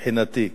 כל